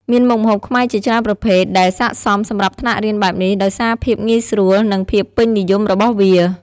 មានមុខម្ហូបខ្មែរជាច្រើនប្រភេទដែលស័ក្តិសមសម្រាប់ថ្នាក់រៀនបែបនេះដោយសារភាពងាយស្រួលនិងភាពពេញនិយមរបស់វា។